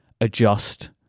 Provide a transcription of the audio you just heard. adjust